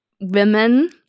women